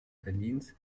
berlins